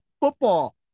football